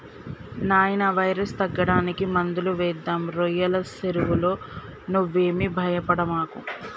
నాయినా వైరస్ తగ్గడానికి మందులు వేద్దాం రోయ్యల సెరువులో నువ్వేమీ భయపడమాకు